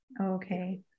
Okay